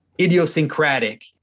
idiosyncratic